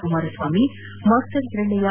Kumaraswamy master Hirannaiah